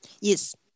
Yes